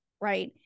right